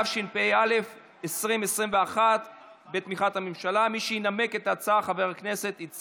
אז שוב, ההצעה הזאת תועבר לוועדת הכנסת להמשך